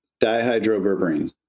Dihydroberberine